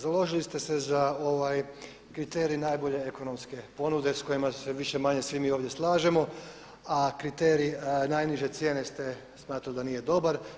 Založili ste se za kriterij najbolje ekonomske ponude s kojima se više-manje svi mi ovdje slažemo, a kriterij najniže cijene ste smatrate da nije dobar.